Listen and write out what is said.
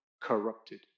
corrupted